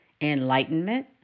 enlightenment